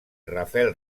rafael